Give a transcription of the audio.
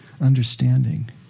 understanding